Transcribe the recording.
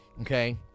okay